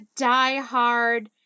diehard